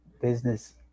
Business